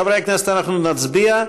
חברי הכנסת, אנחנו נצביע.